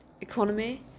economy